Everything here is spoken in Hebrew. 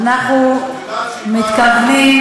מה זה "הולכים לבנות"?